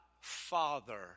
father